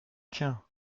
tiens